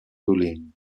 bullying